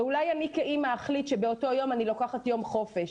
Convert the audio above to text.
ואולי אני כאימא אחליט שבאותו יום אני לוקחת יום חופש.